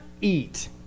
eat